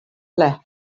left